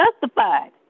justified